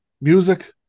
music